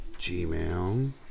Gmail